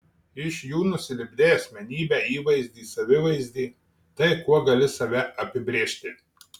iš jų nusilipdei asmenybę įvaizdį savivaizdį tai kuo gali save apibrėžti